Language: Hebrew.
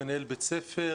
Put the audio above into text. מנהל בית ספר,